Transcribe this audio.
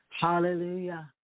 Hallelujah